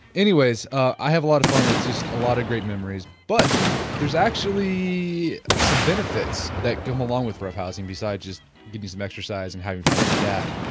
anyways, i've a lot of fun, it's just a lot of great memories, but there is actually some benefits like going along with roughhousing besides just doing some exercise and having fun with dad.